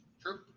True